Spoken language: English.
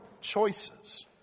choices